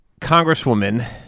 Congresswoman